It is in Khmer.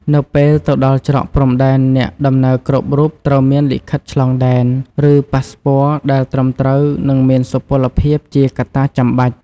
នៅពេលទៅដល់ច្រកព្រំដែន អ្នកដំណើរគ្រប់រូបត្រូវមានលិខិតឆ្លងដែន ឬប៉ាសស្ព័រដែលត្រឹមត្រូវនិងមានសុពលភាពជាកត្តាចាំបាច់។